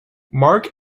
mark